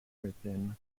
within